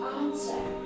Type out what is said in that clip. answer